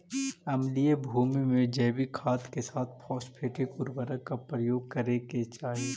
अम्लीय भूमि में जैविक खाद के साथ फॉस्फेटिक उर्वरक का प्रयोग करे चाही